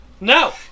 No